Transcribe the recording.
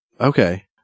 Okay